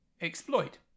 exploit